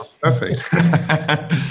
Perfect